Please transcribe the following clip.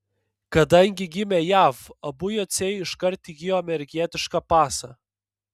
kadangi gimė jav abu jociai iškart įgijo amerikietišką pasą